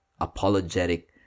apologetic